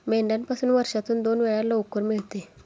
मेंढ्यापासून वर्षातून दोन वेळा लोकर मिळते